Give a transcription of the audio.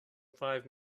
five